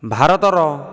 ଭାରତର